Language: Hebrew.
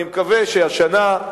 אני מקווה שהשנה,